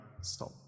stop